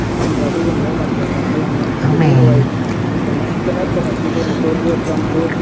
ꯇꯨꯝꯍꯟꯕ ꯑꯗꯨꯒꯨꯝꯂꯕ ꯃꯊꯦꯜ ꯃꯈꯜ ꯑꯃ ꯍꯥꯏꯕꯗꯨ ꯑꯣꯏ ꯑꯗꯨꯗ ꯃꯁꯤꯗ ꯅꯠꯇꯅꯁꯨ ꯑꯩꯈꯣꯏꯅ ꯇꯣꯔꯣꯕꯣꯠ ꯆꯝꯐꯨꯠ